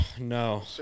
No